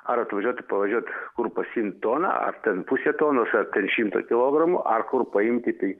ar atvažiuot i pavažiuot kur pasiimt toną ar ten pusę tonos ar ten šimtą kilogramų ar kur paimti tai